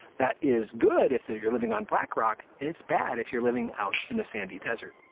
that is good if they're, you're living on black rock. it's bad if you're living out in the sandy desert.